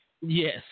Yes